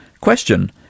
Question